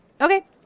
Okay